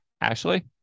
Ashley